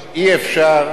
אי-אפשר,